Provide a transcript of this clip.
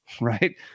right